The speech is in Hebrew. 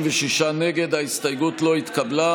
צריך.